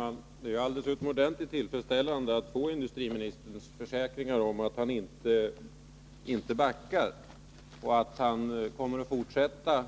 Herr talman! Det är alldeles utomordentligt tillfredsställande att få industriministerns försäkringar om att han inte backar och att han kommer att fortsätta